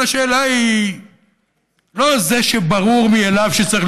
כל השאלה היא לא על זה שברור מאליו שצריך